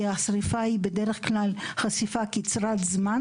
כי השריפה היא בדרך כלל חשיפה קצרת זמן.